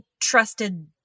trusted